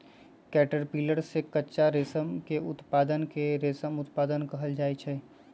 caterpillar से कच्चा रेशम के उत्पादन के रेशम उत्पादन कहल जाई छई